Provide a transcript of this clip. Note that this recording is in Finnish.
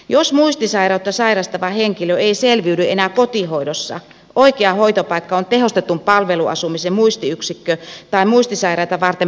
jos muistisairautta sairastava henkilö ei selviydy enää kotihoidossa oikea hoitopaikka on tehostetun palveluasumisen muistiyksikkö tai muistisairaita varten perustettu ryhmäkoti